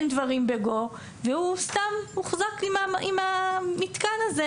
דברים בגו והוא סתם הוחזק עם המתקן הזה,